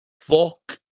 Fuck